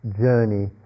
journey